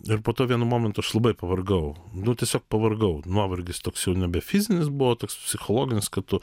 ir po to vienu momentu aš labai pavargau nu tiesiog pavargau nuovargis toks jau nebe fizinis buvo toks psichologinis kad tu